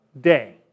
day